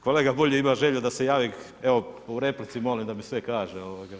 Kolega Bulj ima želju da se javi, evo u replici molim da mi sve kaže.